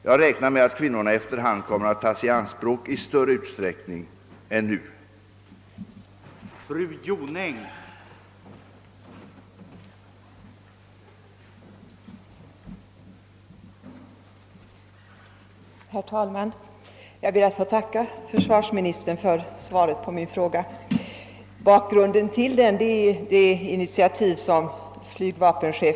Jag räknar med att kvinnorna efter hand kommer att tas i anspråk i större utsträckning än nu.